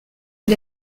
est